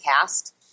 cast